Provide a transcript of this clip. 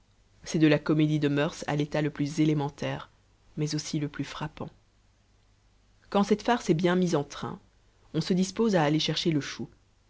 c'est de la comédie de murs à l'état le plus élémentaire mais aussi le plus frappant quand cette farce est bien mise en train on se dispose à aller chercher le chou